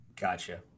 Gotcha